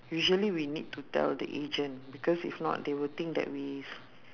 usually we need to tell the agent because if not they will think that we